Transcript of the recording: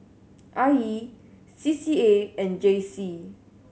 I E C C A and J C